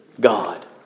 God